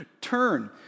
turn